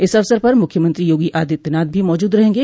इस अवसर पर मुख्यमंत्री योगी आदित्यनाथ भी मौजूद रहेंगे